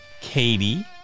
Katie